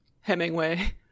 Hemingway